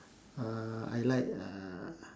uh I like uh